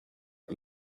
got